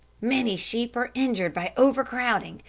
many sheep are injured by overcrowding,